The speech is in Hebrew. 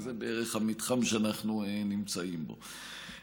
אבל זה בערך המתחם שאנחנו נמצאים בו.